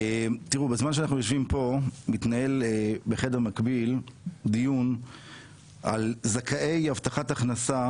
בזמן שאנחנו ויושבים פה מתנהל בחדר מקביל דיון על זכאי הבטחת הכנסה